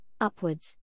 upwards